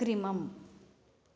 अग्रिमम्